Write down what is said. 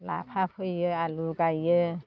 लाफा फोयो आलु गायो